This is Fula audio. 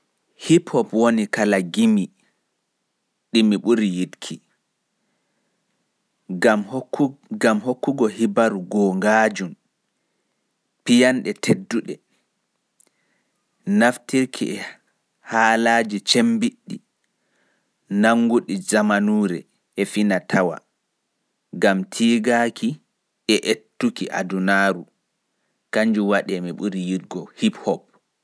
Hip-hop wonta kala gimiiji ɗi mi ɓuri yiɗgo gam hokkuki hibaru goongajun, kesun nder gimi. Gam piyanɗe tedduɗe, naftirki e halaaji cemmbiɗɗi nanguɗi jamanuure e fina tawa gam tiigaaki e ettuki adunaaru.